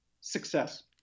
Success